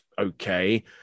okay